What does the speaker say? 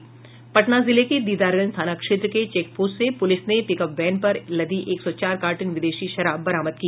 पटना जिले के दीदारगंज थाना क्षेत्र के चेक पोस्ट से पुलिस ने पिकअप वैन पर लदी एक सौ चार कार्टन विदेशी शराब बरामद की